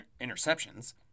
interceptions